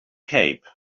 cape